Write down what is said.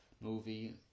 movie